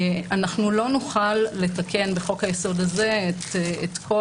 לא נוכל לתקן בחוק-היסוד הזה את כל